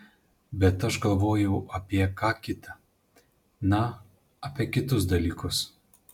bet aš galvojau apie ką kita na apie kitus dalykus